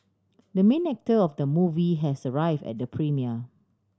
the main actor of the movie has arrive at the premiere